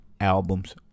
albums